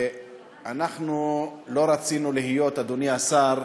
אנחנו לא רצינו להיות, אדוני השר,